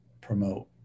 promote